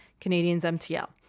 CanadiansMTL